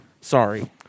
Sorry